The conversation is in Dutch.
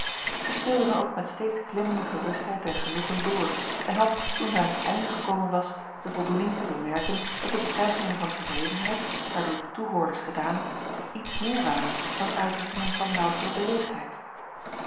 ij speelde dan ook met steeds klimmende gerustheid en genoegen door en had toen zij aan het einde gekomen was de voldoening te bemerken dat de betuigingen van tevredenheid haar door de toehoorders gedaan iets meer waren dan uitdrukkingen van loutere